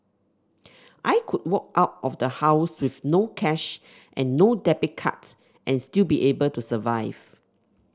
I could walk out of the house with no cash and no debit card and still be able to survive